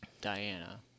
Diana